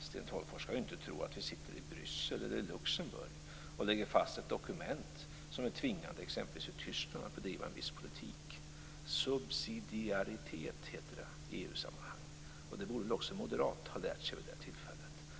Sten Tolgfors skall inte tro att vi sitter i Bryssel eller Luxemburg och lägger fast ett dokument som tvingar t.ex. Tyskland att bedriva en viss politik. Subsidiaritet heter det i EU-sammanhang. Det borde också en moderat ha lärt sig vid det här laget.